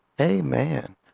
Amen